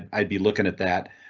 i'd be looking at that,